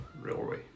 Railway